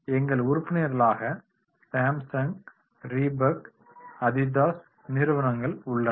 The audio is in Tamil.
எங்கள் உறுப்பினர்களாக சாம்சங் ரிபக் அடிடாஸ் நிறுவனங்கள் உள்ளன